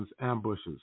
ambushes